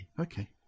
Okay